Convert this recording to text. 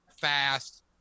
fast